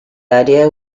idea